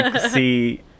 see